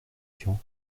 tian